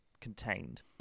contained